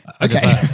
okay